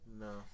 No